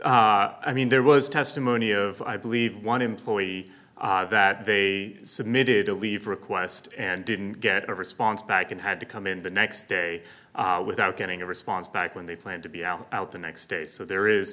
i mean there was testimony of i believe one employee that they submitted a leave request and didn't get a response back and had to come in the next day without getting a response back when they planned to be out out the next day so there